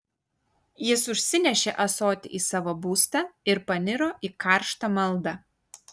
jis užsinešė ąsotį į savo būstą ir paniro į karštą maldą